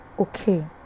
Okay